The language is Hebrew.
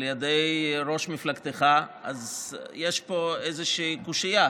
על ידי ראש מפלגתך, אז יש פה איזושהי קושיה.